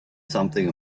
something